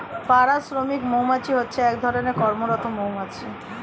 পাড়া শ্রমিক মৌমাছি হচ্ছে এক ধরণের কর্মরত মৌমাছি